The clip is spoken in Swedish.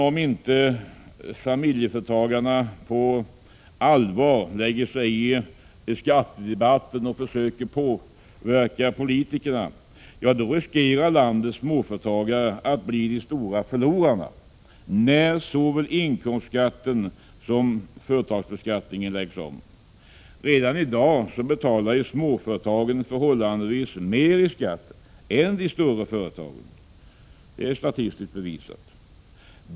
Om inte familjeföretagarna på allvar lägger sig i skattedebatten och försöker påverka politikerna riskerar landets småföretagare att bli de stora förlorarna när såväl inkomstskatten som företagsbeskattningen läggs om. Redan i dag betalar småföretagen förhållandevis mer i skatt än de större företagen — det är statistiskt bevisat.